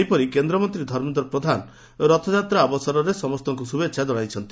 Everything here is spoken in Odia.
ସେହିପରି କେନ୍ଦ୍ରମନ୍ତୀ ଧର୍ମେନ୍ଦ ପ୍ରଧାନା ରଥଯାତ୍ରା ଅବସରରେ ସମ୍ତଙ୍କୁ ଶୁଭେଛା ଜଣାଇଛନ୍ତି